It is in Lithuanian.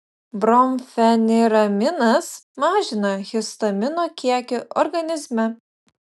bromfeniraminas mažina histamino kiekį organizme